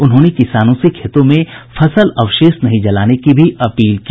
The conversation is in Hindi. उन्होंने किसानों से खेतों में फसल अवशेष नहीं जलाने का अपील की